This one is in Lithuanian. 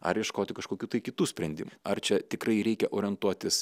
ar ieškoti kažkokių tai kitų sprendimų ar čia tikrai reikia orientuotis